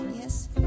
yes